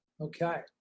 Okay